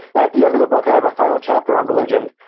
at the end of the book, i have a final chapter on religion.